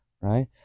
right